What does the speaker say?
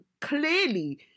Clearly